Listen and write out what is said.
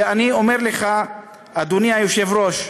ואני אומר לך, אדוני היושב-ראש,